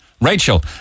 Rachel